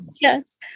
Yes